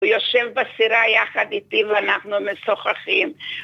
הוא יושב בסירה יחד איתי ואנחנו משוחחים